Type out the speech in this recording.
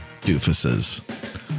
doofuses